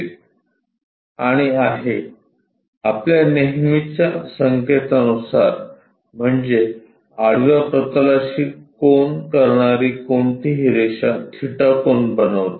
आणि आहे आपल्या नेहमीच्या संकेतानुसार म्हणजे आडव्या प्रतलाशी कोन करणारी कोणतीही रेषा थीटा कोन बनविते